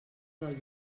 del